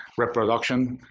reproduction,